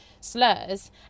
slurs